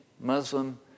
Muslim